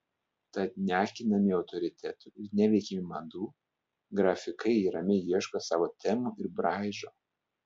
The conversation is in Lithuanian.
tad neakinami autoritetų ir neveikiami madų grafikai ramiai ieško savo temų ir braižo